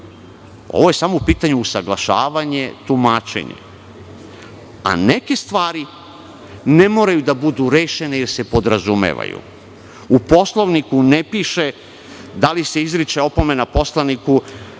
Ovo je samo u pitanju usaglašavanje tumačenja, a neke stvari ne moraju da budu rešene, jer se podrazumevaju.U Poslovniku ne piše da li se izriče opomena poslaniku